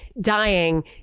dying